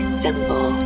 symbol